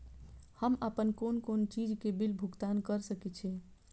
हम आपन कोन कोन चीज के बिल भुगतान कर सके छी?